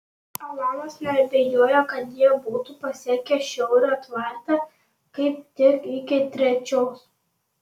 alanas neabejojo kad jie būtų pasiekę šiurio tvartą kaip tik iki trečios